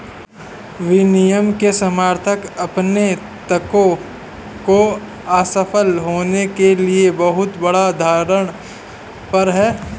विनियमन के समर्थक अपने तर्कों को असफल होने के लिए बहुत बड़ा धारणा पर हैं